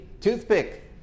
Toothpick